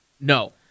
No